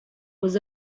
was